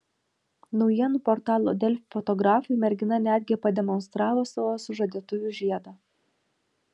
naujienų portalo delfi fotografui mergina netgi pademonstravo savo sužadėtuvių žiedą